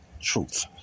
truth